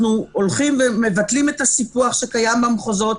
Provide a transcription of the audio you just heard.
אנחנו הולכים ומבטלים את הסיפוח שקיים במחוזות,